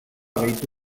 gehitu